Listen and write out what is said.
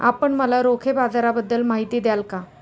आपण मला रोखे बाजाराबद्दल माहिती द्याल का?